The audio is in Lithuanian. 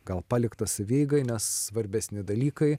gal paliktas savieigai nes svarbesni dalykai